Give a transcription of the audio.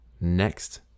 next